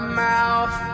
mouth